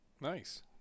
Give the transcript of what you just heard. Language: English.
Nice